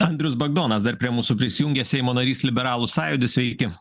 andrius bagdonas dar prie mūsų prisijungė seimo narys liberalų sąjūdis sveiki